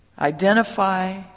Identify